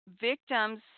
Victims